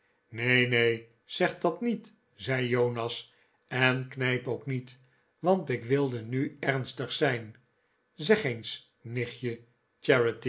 neen neen zeg dat niet zei jonas en knijp ook niet want ik wilde nu ernstig zijn zeg eens